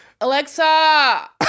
Alexa